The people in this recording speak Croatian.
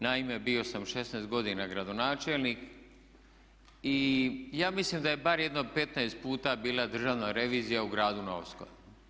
Naime, bio sam 16 godina gradonačelnik i ja mislim da je bar jedno 15 puta bila Državna revizija u gradu Novskoj.